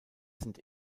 sind